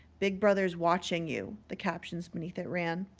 big brother is watching you, the caption beneath it ran.